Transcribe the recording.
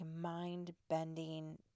mind-bending